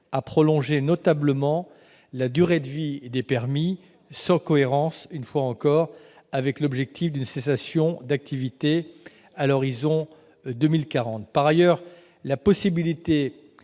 à prolonger notablement la durée de vie des permis, sans cohérence, une fois encore, avec l'objectif d'une cessation d'activité à l'horizon de 2040. Par ailleurs, la possibilité